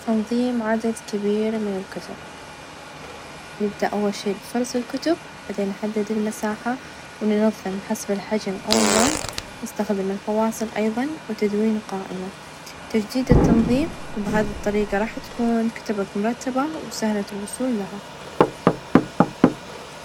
كيف أنظف الثلاجة، إيقاف تشغيل الثلاجة، إزالة المحتويات ،وتنظيف الرفوف، وتنظيف الداخل ،ومسح السطح الخارجي ،وبعدين نشغل الثلاجة ،وبكذا تكون ثلاجتك نظيفة ومنظمة.